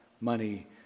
money